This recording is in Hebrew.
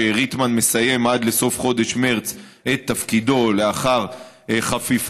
שריטמן מסיים עד לסוף חודש מרס את תפקידו לאחר חפיפה,